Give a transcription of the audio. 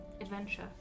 adventure